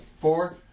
four